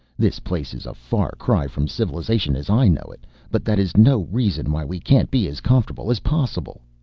this place is a far cry from civilization as i know it, but that is no reason why we can't be as comfortable as possible.